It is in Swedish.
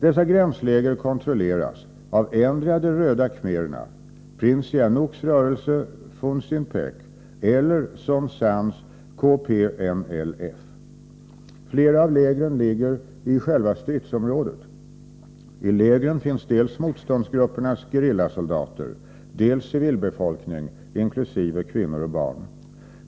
Dessa gränsläger kontrolleras av endera de röda khmererna, prins Sihanouks rörelse Funcinpec eller Son Sanns KPNLF. Flera av lägren ligger i själva stridsområdet. I lägren finns dels motståndsgruppernas gerillasoldater, dels civilbefolkning inkl. kvinnor och barn.